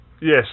Yes